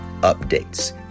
Updates